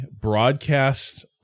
broadcast